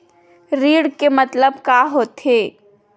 ऋण के मतलब का होथे?